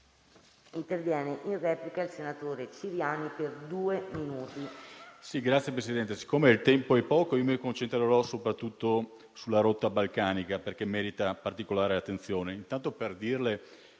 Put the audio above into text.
intervenire in replica il senatore Ciriani, per due minuti.